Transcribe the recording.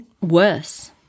worse